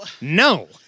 No